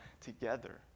together